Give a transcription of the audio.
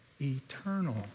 Eternal